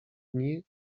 dni